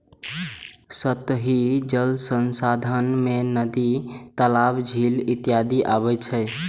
सतही जल संसाधन मे नदी, तालाब, झील इत्यादि अबै छै